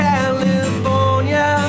California